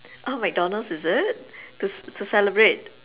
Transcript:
oh McDonalds is it to to celebrate